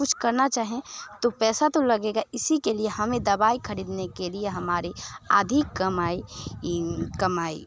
कुछ करना चाहे तो पैसा तो लगेगा इसी के लिए हमें दवाई ख़रीदने के लिए हमारे अधिक कमाई कमाई